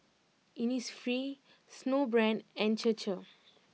Innisfree Snowbrand and Chir Chir